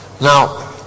now